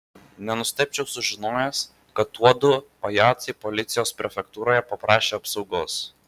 nenustebčiau sužinojęs kad tuodu pajacai policijos prefektūroje paprašė apsaugos